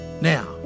Now